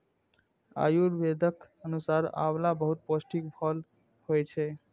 आयुर्वेदक अनुसार आंवला बहुत पौष्टिक फल होइ छै